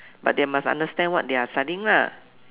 but they must understand what they are studying lah